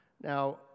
Now